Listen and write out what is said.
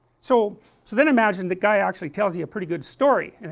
so, so then imagine the guy actually tells you a pretty good story,